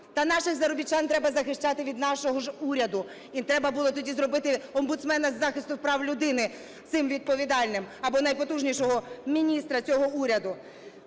Та наших заробітчан треба захищати від нашого ж уряду. І треба було тоді зробити омбудсмена із захисту прав людини цим відповідальним або найпотужнішого міністра цього уряду.